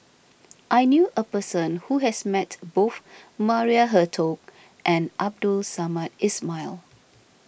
I knew a person who has met both Maria Hertogh and Abdul Samad Ismail